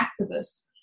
activists